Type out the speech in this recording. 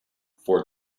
for